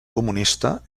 comunista